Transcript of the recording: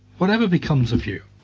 whatever becomes of you.